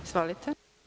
Izvolite.